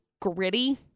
gritty